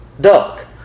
duck